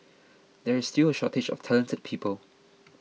there is still a shortage of talented people